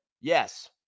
Yes